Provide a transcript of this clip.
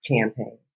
campaign